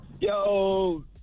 Yo